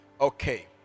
Okay